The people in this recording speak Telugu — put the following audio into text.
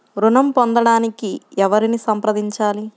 ఋణం పొందటానికి ఎవరిని సంప్రదించాలి?